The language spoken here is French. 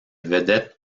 vedettes